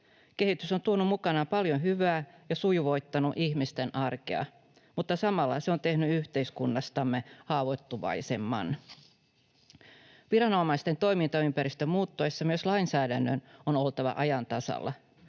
Kehitys on tuonut mukanaan paljon hyvää ja sujuvoittanut ihmisten arkea, mutta samalla se on tehnyt yhteiskunnastamme haavoittuvaisemman. Viranomaisten toimintaympäristön muuttuessa myös lainsäädännön on oltava ajan tasalla.